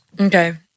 Okay